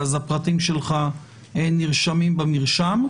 אז הפרטים שלך נרשמים במרשם,